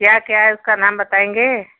क्या क्या है उसका नाम बताएँगे